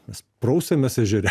mes prausiamės ežere